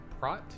Prot